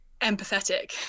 empathetic